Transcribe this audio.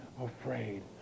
afraid